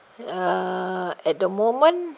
uh at the moment